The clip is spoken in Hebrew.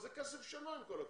זה כסף שלו, עם כל הכבוד.